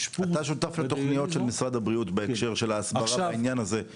אתה שותף לתוכניות של משרד הבריאות בהקשר של ההסברה לעניין הזה?